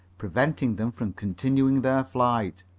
preventing them from continuing their flight.